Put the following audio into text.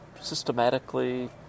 Systematically